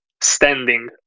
standing